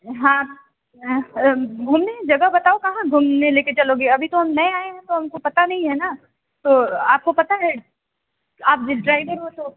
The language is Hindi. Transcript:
हाँ घूमने जगह बताओ कहाँ घूमने ले कर चलोगे अभी तो हम नए आए हैं तो हम को पता नहीं है ना तो आपको पता है आप ड्राइवर हो तो